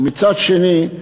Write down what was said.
ומצד שני,